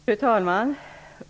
Fru talman!